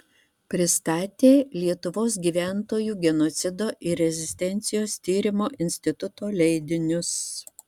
pristatė lietuvos gyventojų genocido ir rezistencijos tyrimo instituto leidinius